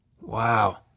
Wow